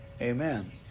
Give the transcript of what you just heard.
Amen